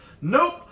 Nope